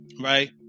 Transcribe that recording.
right